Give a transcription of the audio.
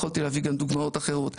יכולתי להביא גם דוגמאות אחרות.